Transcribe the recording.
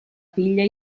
piglia